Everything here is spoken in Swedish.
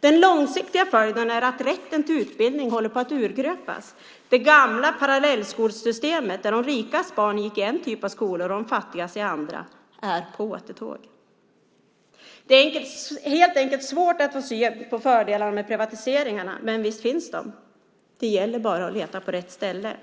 Den långsiktiga följden är att rätten till utbildning håller på att urgröpas. Det gamla parallellskolesystemet, där de rikas barn gick i en typ av skolor och de fattigas i andra, är på återtåg. Det är helt enkelt svårt att se fördelarna med privatiseringarna, men visst finns de. Det gäller bara att leta på rätt ställe: